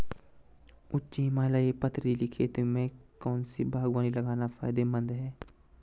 उच्च हिमालयी पथरीली खेती में कौन सी बागवानी लगाना फायदेमंद है?